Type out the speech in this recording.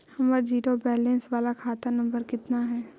हमर zero balance बाला खाता नम्बर कितना है?